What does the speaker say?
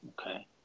Okay